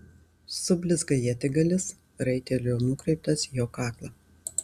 sublizga ietigalis raitelio nukreiptas į jo kaklą